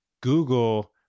Google